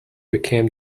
became